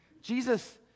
jesus